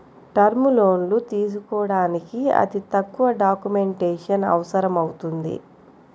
term లోన్లు తీసుకోడానికి అతి తక్కువ డాక్యుమెంటేషన్ అవసరమవుతుంది